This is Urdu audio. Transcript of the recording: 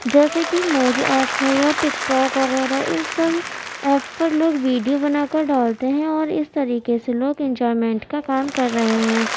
جیسے کہ موج ایپ ہے یا ٹک ٹاک وغیرہ اس سب ایپ پر لوگ ویڈیو بنا کر ڈالتے ہیں اور اس طریقے سے لوگ انجوائمنٹ کا کام کر رہے ہیں